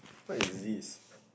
what is this